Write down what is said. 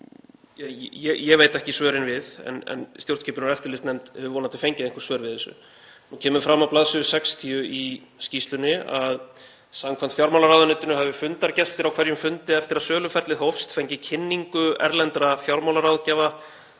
ég veit ekki svörin við en stjórnskipunar- og eftirlitsnefnd hefur vonandi fengið einhver svör við. Það kemur fram á bls. 60 í skýrslunni að samkvæmt fjármálaráðuneytinu hafi fundargestir á hverjum fundi eftir að söluferlið hófst fengið kynningu erlendra fjármálaráðgjafa